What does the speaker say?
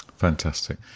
Fantastic